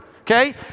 okay